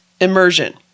immersion